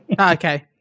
okay